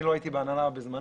אני לא הייתי בהנהלה בזמנו,